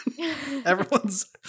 everyone's